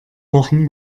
wochen